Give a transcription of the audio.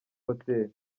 hotel